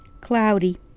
cloudy